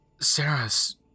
Sarah's